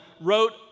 wrote